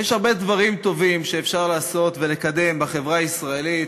יש הרבה דברים טובים שאפשר לעשות ולקדם בחברה הישראלית,